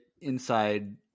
inside